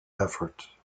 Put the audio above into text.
effort